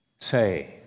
Say